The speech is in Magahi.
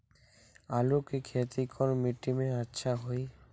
आलु के खेती कौन मिट्टी में अच्छा होइ?